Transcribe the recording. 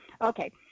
Okay